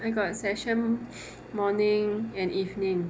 I got session morning and evening